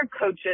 coaches